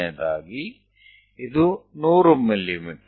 ಮೊದಲನೆಯದಾಗಿ ಇದು 100 ಮಿ